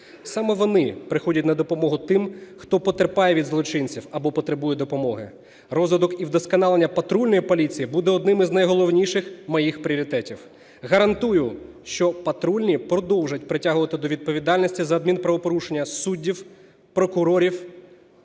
Саме вони приходять на допомогу тим, хто потерпає від злочинців або потребує допомоги. Розвиток і вдосконалення патрульної поліції буде одним із найголовніших моїх пріоритетів. Гарантую, що патрульні продовжать притягувати до відповідальності за адмінправопорушення суддів, прокурорів